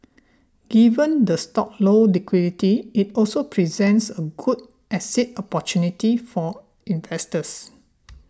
given the stock's low liquidity it also presents a good exit opportunity for investors